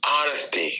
honesty